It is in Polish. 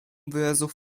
wyrazów